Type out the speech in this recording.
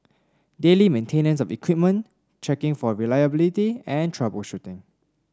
daily maintenance of equipment checking for reliability and troubleshooting